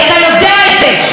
אתה יודע את זה,